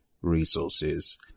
resources